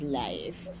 life